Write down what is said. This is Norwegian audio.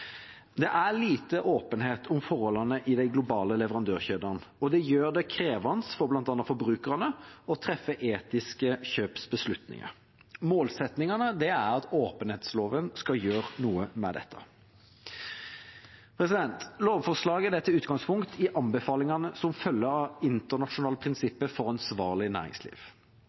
Det er lite åpenhet om forholdene i de globale leverandørkjedene, og det gjør det krevende for bl.a. forbrukerne å treffe etiske kjøpsbeslutninger. Målsettingen er at åpenhetsloven skal gjøre noe med dette. Lovforslaget tar utgangspunkt i anbefalingene som følger av internasjonale prinsipper for ansvarlig næringsliv.